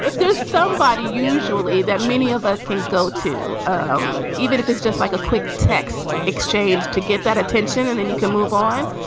there's somebody usually that many of us can go to, um even if it's just like a quick text exchange to get that attention and then you can move on.